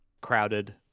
crowded